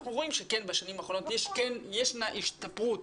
אנחנו רואים שכן בשנים האחרונות ישנה השתפרות